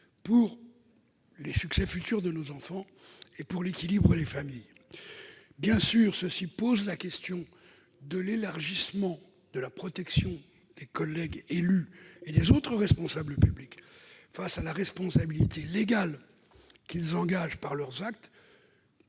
au succès futur de nos enfants et à l'équilibre des familles. Bien sûr, ce travail pose la question de l'élargissement de la protection de nos collègues élus locaux et des autres responsables publics, étant donné la responsabilité légale qu'ils engagent par leurs actes.